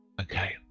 okay